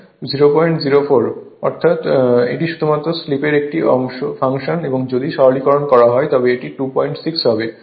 সুতরাং এটি শুধুমাত্র স্লিপের একটি ফাংশন এবং যদি সরলীকরণ করা হয় তবে এটি 26 হবে